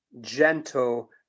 gentle